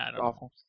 awful